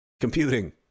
computing